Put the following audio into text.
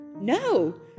No